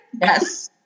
Yes